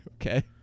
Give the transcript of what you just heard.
Okay